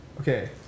okay